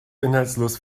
inhaltslos